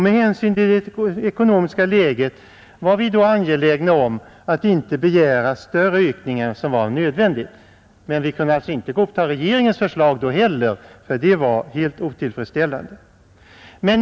Med hänsyn till det ekonomiska läget var vi då angelägna om att inte begära större ökning än vad som var nödvändigt — men vi kunde inte godta regeringens förslag då heller, för det var helt otillfredsställande.